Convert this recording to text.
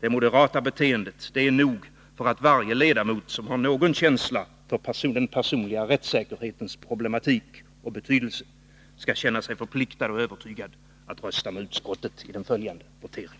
Det moderata beteendet är nog för att varje ledamot som har någon känsla för den personliga rättssäkerhetens problematik och betydelse skall känna sig övertygad och förpliktad att rösta med utskottet i den följande voteringen.